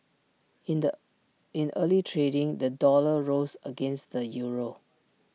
in the in early trading the dollar rose against the euro